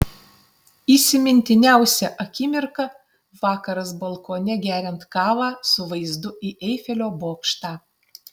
įsimintiniausia akimirka vakaras balkone geriant kavą su vaizdu į eifelio bokštą